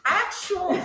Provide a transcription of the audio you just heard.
actual